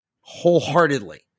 wholeheartedly